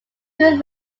good